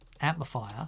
amplifier